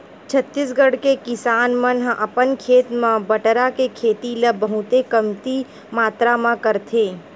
छत्तीसगढ़ के किसान मन ह अपन खेत म बटरा के खेती ल बहुते कमती मातरा म करथे